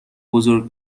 بزرگ